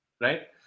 Right